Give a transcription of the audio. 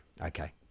Okay